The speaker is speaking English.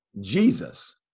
Jesus